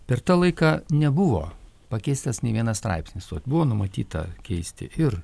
per tą laiką nebuvo pakeistas nei vienas straipsnis o buvo numatyta keisti ir